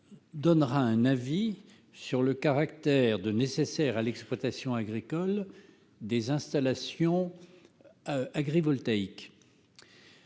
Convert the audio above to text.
donnera un avis sur le caractère nécessaire à l'exploitation agricole des installations agrivoltaïques.